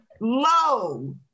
Low